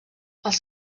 els